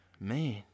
man